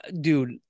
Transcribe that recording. dude